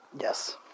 Yes